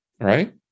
right